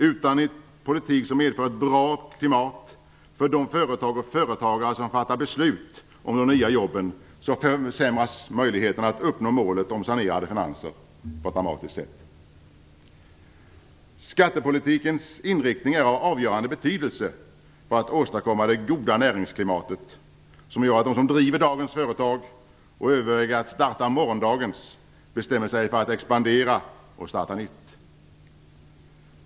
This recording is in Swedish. Utan en politik som medför ett bra klimat för de företag och företagare som fattar beslut om de nya jobben försämras möjligheterna att uppnå målet om sanerade finanser på ett dramatiskt sätt. Skattepolitikens inriktning är av avgörande betydelse för att åstadkomma det goda näringsklimat som gör att de som driver dagens företag och överväger att starta morgondagens bestämmer sig för att expandera och starta nytt.